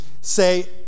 say